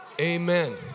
Amen